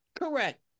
Correct